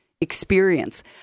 experience